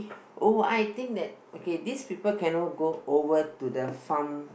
oh I think that okay these people cannot go over to the farm